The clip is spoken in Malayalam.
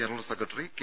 general secretary K